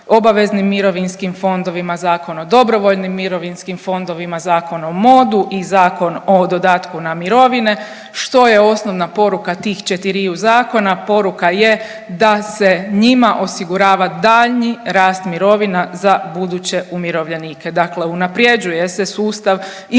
obveznim mirovinskim fondovima, Zakon o dobrovoljnim mirovinskim fondovima, Zakon o MOD-u i Zakon o dodatku na mirovine. Što je osnovna poruka tih četiriju zakona? Poruka je da se njima osigurava daljnji rast mirovina za buduće umirovljenike, dakle unaprijeđuje se sustav individualne